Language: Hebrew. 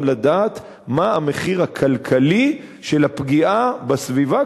לדעת מה המחיר הכלכלי של הפגיעה בסביבה,